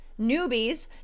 newbies